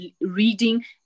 reading